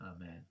Amen